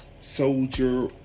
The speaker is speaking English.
soldier